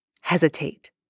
hesitate